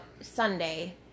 Sunday